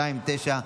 אזולאי